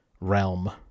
realm